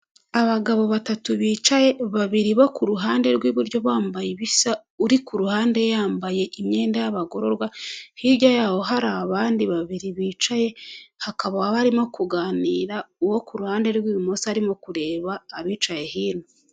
Abagabo batatu bicaye, babiri bo ku ruhande rw'iburyo bambaye ibisa, uri ku ruhande yambaye imyenda y'abagororwa, hirya yaho hari abandi babiri bicaye, hakaba barimo kuganira, uwo ku ruhande rw'ibumoso arimo kureba abicaye hino.